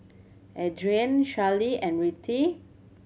Adrianne Charley and Rettie